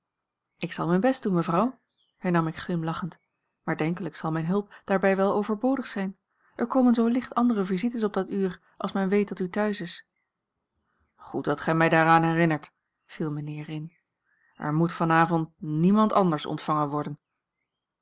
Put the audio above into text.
ik zal mijn best doen mevrouw hernam ik glimlachend maar denkelijk zal mijne hulp daarbij wel overbodig zijn er komen zoo licht andere visites op dat uur als men weet dat u thuis is goed dat gij mij daaraan herinnert viel mijnheer in er moet van avond niemand anders ontvangen worden